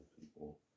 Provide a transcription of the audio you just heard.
people